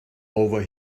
over